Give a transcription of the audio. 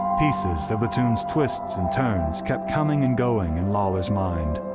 pieces of the tune's twists and turns kept coming and going in lawlor's mind,